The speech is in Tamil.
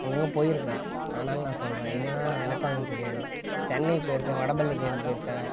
அங்கங்கே போயிருக்கேன் அதனால் நான் சொல்றேன் இல்லைனா எனக்கும் அது தெரியாது சென்னை போயிருக்கேன் வடபழனி கோயிலுக்கு போயிருக்கேன்